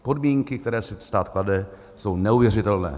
Podmínky, které si stát klade, jsou neuvěřitelné.